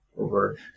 over